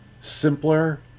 simpler